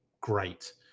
great